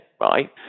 right